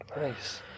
Nice